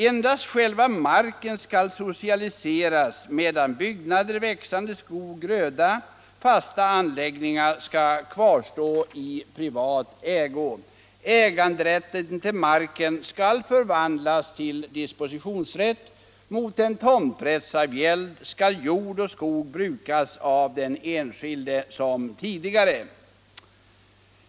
Endast själva marken skall socialiseras, medan byggnader, växande skog, gröda och fasta anläggningar kvarstår i privat ägo. Äganderätten vm BWN Allmänpolitisk debatt Allmänpolitisk debatt till. marken skall förvandlas till dispositionsrätt. Mot en tomträttsavgäld skall jord och skog brukas av den enskilde som tidigare.